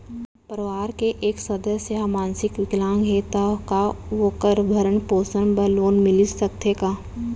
परवार के एक सदस्य हा मानसिक विकलांग हे त का वोकर भरण पोषण बर लोन मिलिस सकथे का?